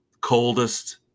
coldest